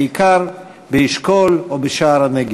בעיקר באשכול או בשער-הנגב.